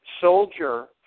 soldier